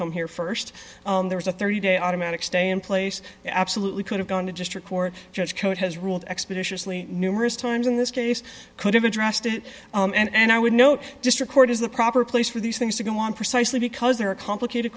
come here st there's a thirty day automatic stay in place absolutely could have gone to district court judge code has ruled expeditiously numerous times in this case could have addressed it and i would note district court is the proper place for these things to go on precisely because there are complicated